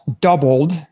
doubled